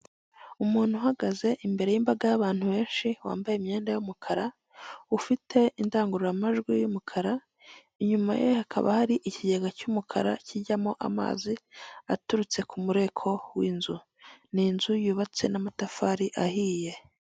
Umuntu uhagaze imbere y'imbaga y'abantu benshi, wambaye imyenda y'umukara. ufite indangururamajwi y'umukara, inyuma ye hakaba hari ikigega cy'umukara kijyamo amazi aturutse k'umureko w'inzu. N'inzu yubatse n'amatafari ahiye.